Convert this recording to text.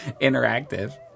interactive